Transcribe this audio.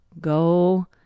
go